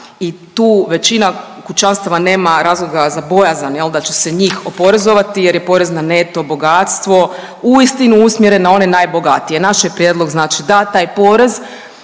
i tu većina kućanstava nema razloga za bojazan, jel' da će se njih oporezovati, jer je porez na neto bogatstvo uistinu usmjeren na one najbogatije. Naš je prijedlog, znači da taj porez